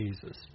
Jesus